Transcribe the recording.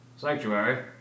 sanctuary